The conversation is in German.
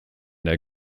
der